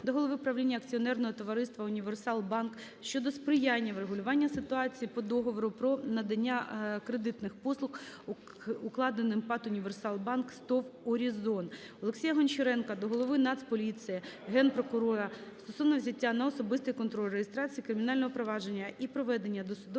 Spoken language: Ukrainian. до голови правління акціонерного товариства "Універсал Банк" щодо сприяння врегулюванню ситуації по договору про надання кредитних послуг, укладеним ПАТ "Універсал Банк" з ТОВ "Орізон". Олексія Гончаренка до голови Нацполіції України, Генпрокурора стосовно взяття на особистий контроль реєстрації кримінального провадження і проведення досудового